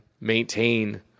maintain